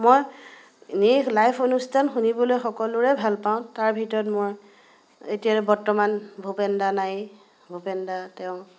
মই এনেই লাইভ অনুষ্ঠান শুনিবলৈ সকলোৰে ভাল পাওঁ তাৰ ভিতৰত মই এতিয়া বৰ্তমান ভূপেনদা নাই ভূপেনদা তেওঁ